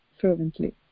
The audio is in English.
fervently